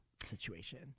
Situation